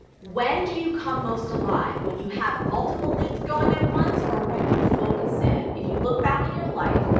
when do you come most alive? when you have multiple things going at once or when you focus in? if you look back in your life,